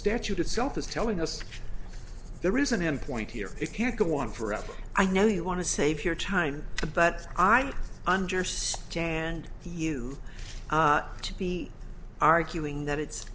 statute itself is telling us that there is an end point here it can't go on forever i know you want to save your time but i understand you to be arguing that it's